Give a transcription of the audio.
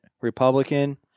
republican